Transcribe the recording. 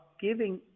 giving